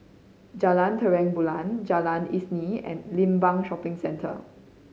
Jalan Terang Bulan Jalan Isnin and Limbang Shopping Centre